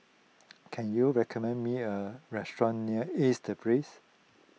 can you recommend me a restaurant near Ace the Place